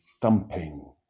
thumping